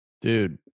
Dude